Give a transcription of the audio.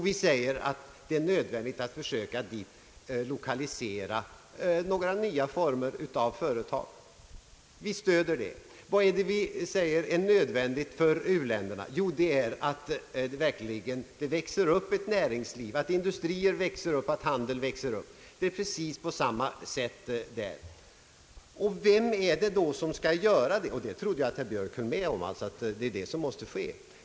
Vi säger att det är nödvändigt att försöka lokalisera några nya former av företag, och vi stöder dessa företag. Vad är det som vi anser vara nödvändigt för u-länderna? Det är att det verkligen växer upp ett näringsliv med industri och handel. Det är alltså precis på samma sätt där, och det trodde jag att herr Björk höll med om. Vem är det då som skall göra detta?